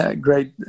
great